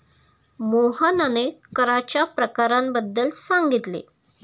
मोहनने कराच्या प्रकारांबद्दल सांगितले